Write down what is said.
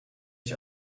ich